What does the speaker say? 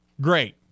Great